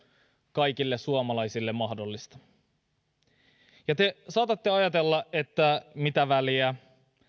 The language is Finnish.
kaikille suomalaisille mahdollista te saatatte ajatella että mitä väliä